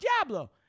Diablo